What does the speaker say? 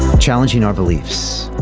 challenging our beliefs